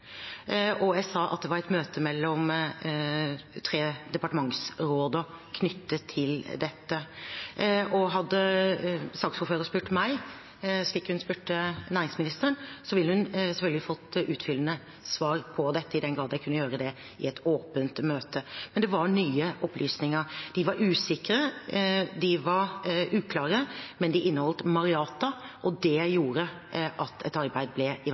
og jeg sa at det var et møte mellom tre departementsråder knyttet til dette. Og hadde saksordføreren spurt meg, slik hun spurte næringsministeren, ville hun selvfølgelig fått utfyllende svar på dette, i den grad jeg kunne gjøre det i et åpent møte. Men det var nye opplysninger. De var usikre, de var uklare, men de inneholdt ordet «Marjata», og det gjorde at et arbeid ble